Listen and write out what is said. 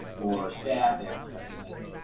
or staff is recommending.